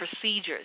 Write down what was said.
procedures